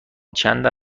چقدر